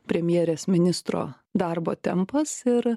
premjerės ministro darbo tempas ir